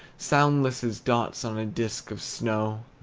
soundless as dots on a disk of snow.